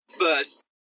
first